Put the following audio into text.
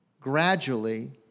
gradually